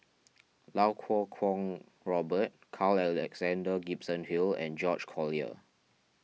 Iau Kuo Kwong Robert Carl Alexander Gibson Hill and George Collyer